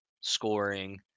scoring